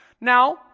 Now